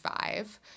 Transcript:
five